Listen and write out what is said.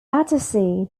battersea